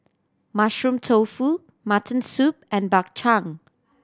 Mushroom Tofu mutton soup and Bak Chang